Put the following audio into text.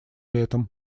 летом